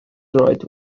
droed